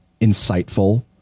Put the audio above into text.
insightful